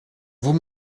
vous